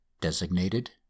designated